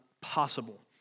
possible